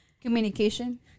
communication